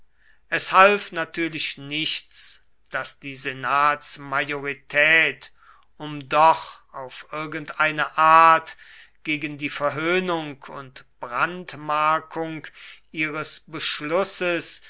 es half natürlich nichts daß die senatsmajorität um doch auf irgendeine art gegen die verhöhnung und brandmarkung ihres beschlusses